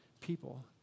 people